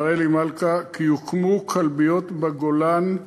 מר אלי מלכה, כי יוקמו כלביות בגולן,